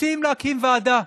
מציעים להקים ועדה.